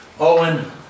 Owen